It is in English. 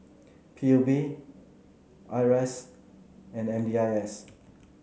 P U B I R A S and M D I S